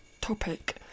topic